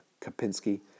Kapinski